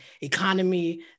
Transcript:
economy